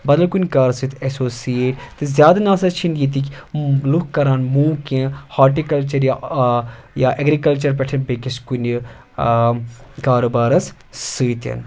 بَدل کُنہِ کارَس سۭتۍ اٮ۪سوٚسیٹ تہٕ زیادٕ نہ سا چھِنہٕ ییٚتِکۍ لُکھ کَران موٗ کینٛہہ ہاٹہِ کَلچر یا اٮ۪گرِکَلچَر پٮ۪ٹھٕ بیٚکِس کُنہِ کارٕبارَس سۭتۍ